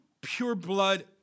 pure-blood